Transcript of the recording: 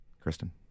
Kristen